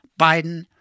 Biden